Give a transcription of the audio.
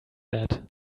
that